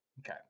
Okay